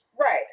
right